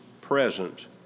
present